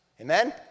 Amen